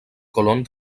colón